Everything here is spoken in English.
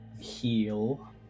heal